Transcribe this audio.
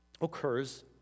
occurs